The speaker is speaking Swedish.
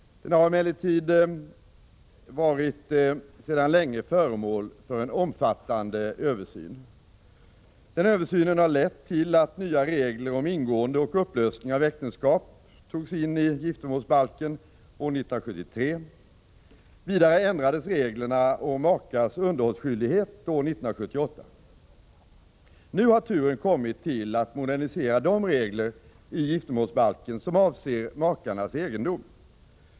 Den har emellertid sedan länge varit föremål för en omfattande översyn. Översynen har lett till att nya regler om ingående och upplösning av äktenskap togs in i giftermålsbalken år 1973. Nu har turen kommit till att modernisera de regler i giftermålsbalken som avser makars egendom.